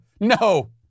no